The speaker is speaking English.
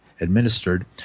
Administered